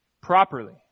properly